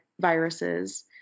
viruses